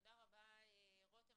תודה רבה, רותם.